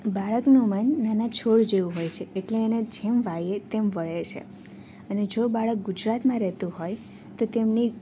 બાળકનું મન નાના છોડ જેવું હોય છે એટલે એને જેમ વાળીએ તેમ વળે છે અને જો બાળક ગુજરાતમાં રહેતું હોય તો તેમને